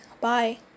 Bye